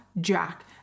Jack